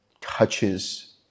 touches